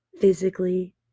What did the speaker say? physically